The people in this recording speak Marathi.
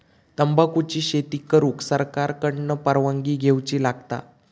तंबाखुची शेती करुक सरकार कडना परवानगी घेवची लागता